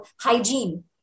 hygiene